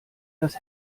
das